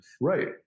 Right